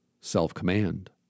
self-command